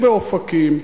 אין באופקים,